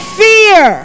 fear